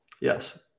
Yes